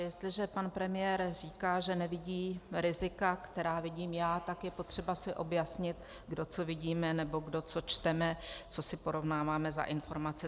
Jestliže pan premiér říká, že nevidí rizika, která vidím já, tak je potřeba si objasnit, kdo co vidíme nebo kdo co čteme, co si porovnáváme za informace.